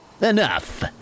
Enough